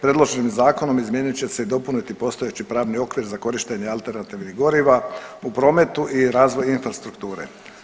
Predloženim zakonom izmijenit će se i dopuniti postojeći pravni okvir za korištenje alternativnih goriva u prometu i razvoj infrastrukture.